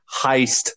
heist